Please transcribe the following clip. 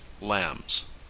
LAMBS